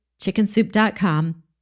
chickensoup.com